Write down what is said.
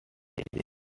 degree